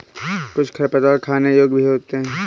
कुछ खरपतवार खाने योग्य भी होते हैं